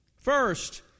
First